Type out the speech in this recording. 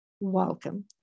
Welcome